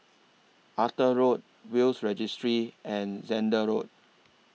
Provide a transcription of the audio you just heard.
Arthur Road Will's Registry and Zehnder Road